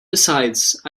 besides